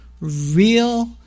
real